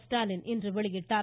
ஸ்டாலின் இன்று வெளியிட்டார்